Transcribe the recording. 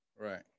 right